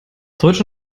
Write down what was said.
deutsch